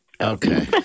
Okay